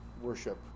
worship